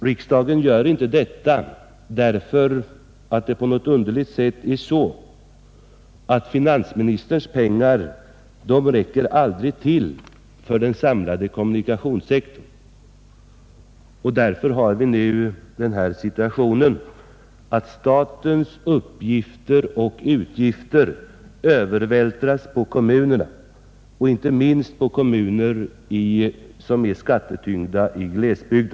På något underligt sätt förhåller det sig nämligen så, att finansministerns pengar aldrig räcker till för den samlade kommunikationssektorn. Därför har vi nu den situationen att statens uppgifter och utgifter övervältras på kommunerna, inte minst på skattetyngda kommuner i glesbygd.